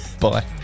Bye